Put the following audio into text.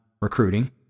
recruiting